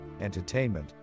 entertainment